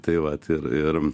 tai vat ir ir